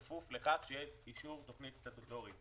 כפוף לכך שיהיה אישור תוכנית סטטוטורית.